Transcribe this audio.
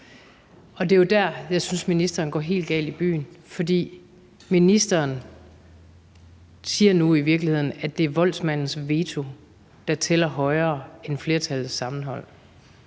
Og det er jo der, jeg synes ministeren går helt galt i byen, for ministeren siger nu i virkeligheden, at det er voldsmandens veto, der tæller højere end flertallets sammenhold.